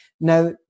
Now